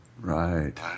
Right